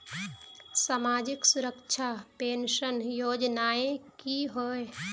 सामाजिक सुरक्षा पेंशन योजनाएँ की होय?